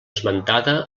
esmentada